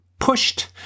pushed